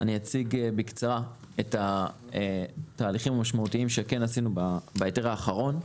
אני אציג בקצרה את התהליכים המשמעותיים שעשינו בהיתר האחרון.